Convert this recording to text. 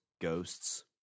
ghosts